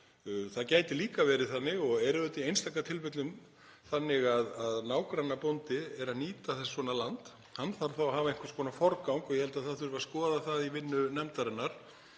Það gæti líka verið þannig og er auðvitað í einstaka tilfellum þannig að nágrannabóndi er að nýta svona land. Hann þarf þá að hafa einhvers konar forgang og ég held að það þurfi að skoða það í vinnu nefndarinnar